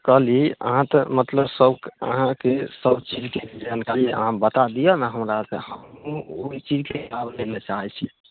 कहली अहाँ तऽ मतलब सबके अहाँके सबचीजके जानकारी अहाँ बता दिअऽ ने हमरा तऽ हमहूँ ओहि चीजके लाभ लैलए चाहै छी